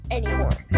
anymore